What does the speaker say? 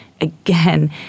again